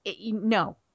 No